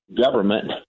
government